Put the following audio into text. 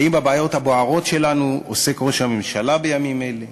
האם בבעיות הבוערות שלנו עוסק ראש הממשלה בימים אלה?